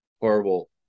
horrible